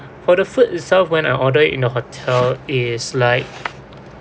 for the food itself when I order it in your hotel is like